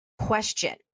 question